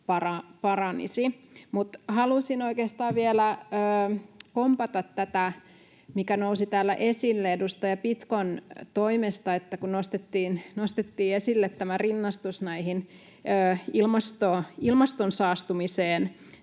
paranisi. Mutta halusin oikeastaan vielä kompata tätä, mikä nousi täällä esille edustaja Pitkon toimesta, eli kun nostettiin esille tämä rinnastus ilmaston saastumiseen,